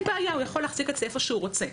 בעיה והוא יכול להחזיק את זה איפה שהוא רוצה.